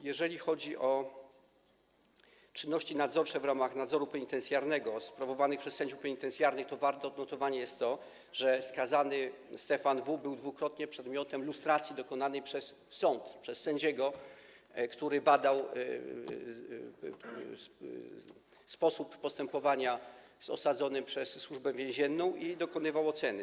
Jeżeli chodzi o czynności nadzorcze w ramach nadzoru penitencjarnego, sprawowanych przez sędziów penitencjarnych, to warte odnotowania jest to, że skazany Stefan W. był dwukrotnie przedmiotem lustracji dokonanej przez sąd, przez sędziego, który badał sposób postępowania z osadzonym przez Służbę Więzienną i dokonywał oceny.